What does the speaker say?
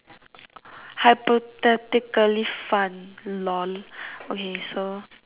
hypothetically fun lol okay so